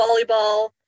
volleyball